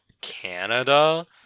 Canada